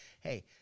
Hey